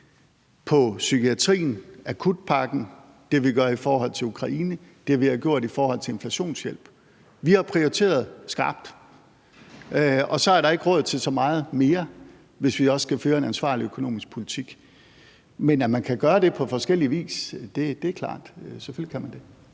til psykiatrien, akutpakken, det, vi gør i forhold til Ukraine, det, vi har gjort i forhold til inflationshjælp. Vi har prioriteret skarpt, og så er der ikke råd til så meget mere, hvis vi også skal føre en ansvarlig økonomisk politik. Men at man kan gøre det på forskellig vis, er klart – selvfølgelig kan man det.